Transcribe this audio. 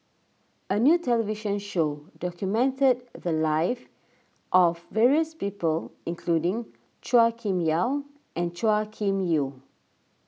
a new television show documented the lives of various people including Chua Kim Yeow and Chua Kim Yeow